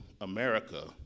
America